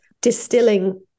distilling